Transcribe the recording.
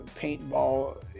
paintball